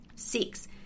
Six